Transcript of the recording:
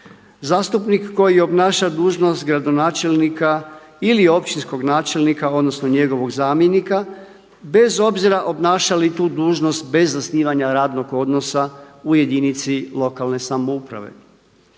zastupnik koji obnaša dužnost gradonačelnika ili općinskog načelnika odnosno njegovog zamjenika bez obzira obnaša li tu dužnost bez zasnivanja radnog odnosa u jedinici lokalne samouprave.